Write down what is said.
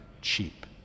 cheap